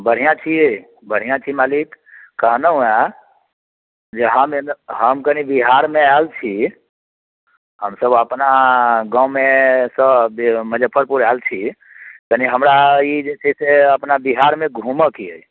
बढ़िआँ छी बढ़िआँ छी मालिक कहलहुँ हँ जे हम एलहुँ हम कनि बिहारमे आएल छी हमसब अपना गाँवमेसँ मुजफ्फरपुर आएल छी कनि हमरा ई जे छै से अपना बिहारमे घूमऽ के अइ